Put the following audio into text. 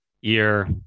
year